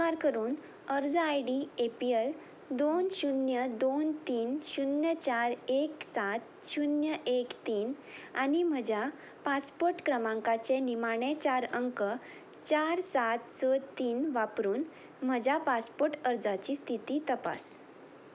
उपकार करून अर्ज I D A P L दोन शुन्य दोन तीन शुन्य चार एक सात शुन्य एक तीन आनी म्हज्या पासपोर्ट क्रमांकाचे निमाणे चार अंक चार सात स तीन वापरून म्हज्या पासपोर्ट अर्जाची स्थिती तपास